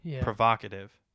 provocative